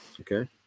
Okay